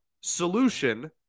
solution